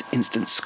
Instant